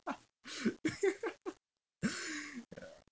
ya